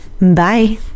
Bye